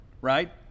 right